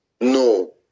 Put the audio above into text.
No